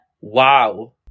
Wow